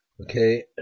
Okay